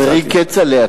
חברי כצל'ה,